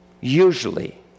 usually